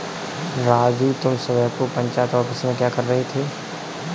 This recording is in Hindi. राजू तुम सुबह को पंचायत ऑफिस में क्या कर रहे थे?